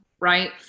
right